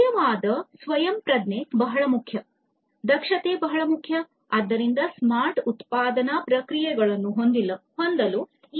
ನಿಜವಾದ ಸಮಯಪ್ರಜ್ಞೆ ಬಹಳ ಮುಖ್ಯ ದಕ್ಷತೆ ಬಹಳ ಮುಖ್ಯ ಆದ್ದರಿಂದ ಸ್ಮಾರ್ಟ್ ಉತ್ಪಾದನಾ ಪ್ರಕ್ರಿಯೆಗಳನ್ನು ಹೊಂದಲು ಈ ಎಲ್ಲಾ ಸಹಾಯ ಮಾಡುತ್ತವೆ